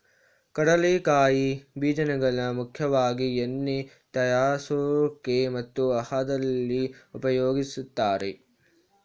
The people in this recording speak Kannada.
ಕಡಲೆಕಾಯಿ ಬೀಜಗಳನ್ನಾ ಮುಖ್ಯವಾಗಿ ಎಣ್ಣೆ ತಯಾರ್ಸೋಕೆ ಮತ್ತು ಆಹಾರ್ದಲ್ಲಿ ಉಪಯೋಗಿಸ್ತಾರೆ